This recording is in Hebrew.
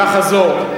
לחזור.